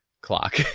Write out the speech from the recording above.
clock